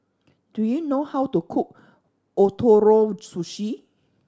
do you know how to cook Ootoro Sushi